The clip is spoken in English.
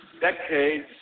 decades